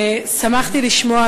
שמחתי לשמוע,